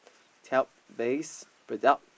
talc base product